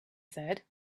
said